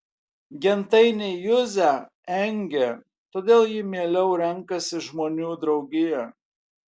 gentainiai juzę engia todėl ji mieliau renkasi žmonių draugiją